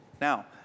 Now